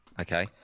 Okay